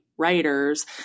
Writers